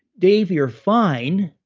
dave you're fine.